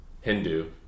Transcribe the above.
Hindu